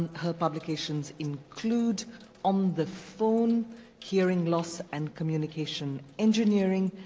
her publications include on the phone hearing loss and communication engineering.